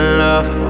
love